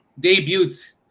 debuts